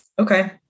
Okay